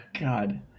God